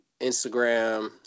Instagram